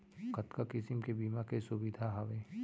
कतका किसिम के बीमा के सुविधा हावे?